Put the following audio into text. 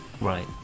Right